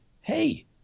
hey